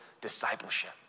discipleship